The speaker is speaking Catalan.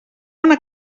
una